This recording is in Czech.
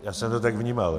Já jsem to tak vnímal.